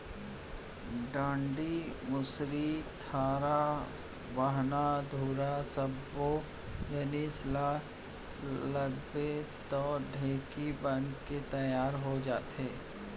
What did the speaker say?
डांड़ी, मुसरी, थरा, बाहना, धुरा सब्बो जिनिस ल लगाबे तौ ढेंकी बनके तियार हो जाथे